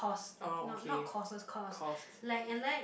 oh okay caused